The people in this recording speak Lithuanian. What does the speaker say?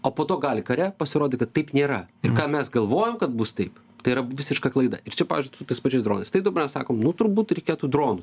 o po to gali kare pasirodyt kad taip nėra ir ką mes galvojom kad bus taip tai yra visiška klaida ir čia pavyzdžiui su tais pačiais dronais na sakom nu turbūt reikėtų dronų